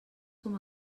com